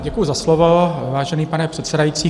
Děkuji za slovo, vážený pane předsedající.